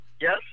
Yes